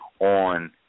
on